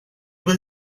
will